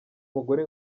mugore